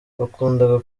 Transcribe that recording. bakundaga